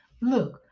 Look